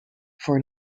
for